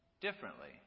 Differently